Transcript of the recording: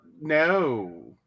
no